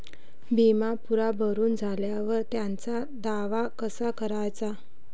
बिमा पुरा भरून झाल्यावर त्याचा दावा कसा कराचा?